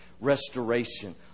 restoration